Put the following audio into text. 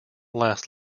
last